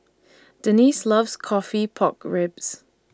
Denise loves Coffee Pork Ribs